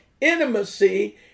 intimacy